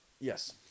Yes